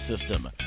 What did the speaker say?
system